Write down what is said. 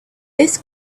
this